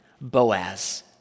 Boaz